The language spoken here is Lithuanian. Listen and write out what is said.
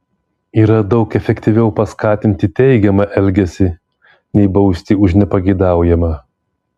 yra daug efektyviau paskatinti teigiamą elgesį nei bausti už nepageidaujamą